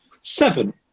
Seven